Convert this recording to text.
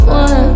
one